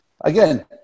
again